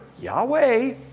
Yahweh